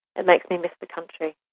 it makes me miss the country.